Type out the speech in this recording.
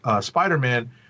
Spider-Man